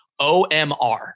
OMR